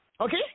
Okay